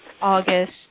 August